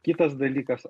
kitas dalykas